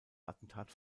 attentat